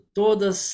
todas